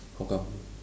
how come